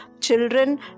children